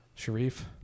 Sharif